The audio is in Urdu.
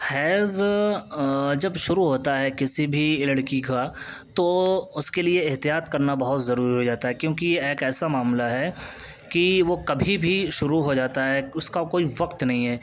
حیض جب شروع ہوتا ہے کسی بھی لڑکی کا تو اس کے لیے احتیاط کرنا بہت ضروری ہو جاتا ہے کیوںکہ یہ ایک ایسا معاملہ ہے کہ وہ کبھی بھی شروع ہو جاتا ہے اس کا کوئی وقت نہیں ہے